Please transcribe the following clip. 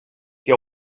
que